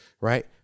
right